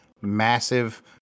massive